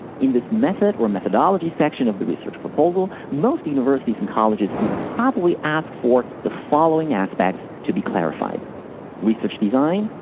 in this method or methodology section of the research proposal, most universities and colleges would probably ask for the following aspects to be clarified research design,